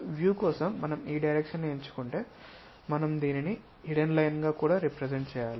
view కోసం మనం ఈ డైరెక్షన్ ను ఎంచుకుంటే మనం దీనిని హిడెన్ లైన్ గా కూడా రెప్రెసెంట్ చేయాలి